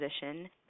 position